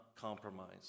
compromise